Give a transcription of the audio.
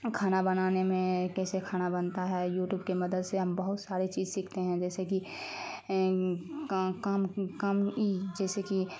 کھانا بنانے میں کیسے کھانا بنتا ہے یوٹوب کے مدد سے ہم بہت سارے چیز سیکھتے ہیں جیسے کہ کام کام جیسے کہ